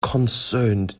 concerned